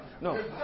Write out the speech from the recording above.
No